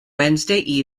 wednesday